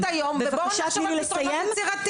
--- שלא מקצרים את היום ובואו נחשוב על פתרונות יצירתיים.